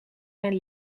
zijn